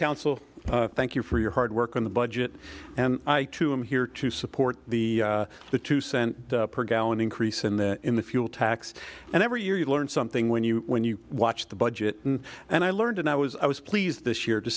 counsel thank you for your hard work on the budget and i am here to support the the two cent per gallon increase in the in the fuel tax and every year you learned something when you when you watch the budget and i learned and i was i was pleased this year to